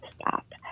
stop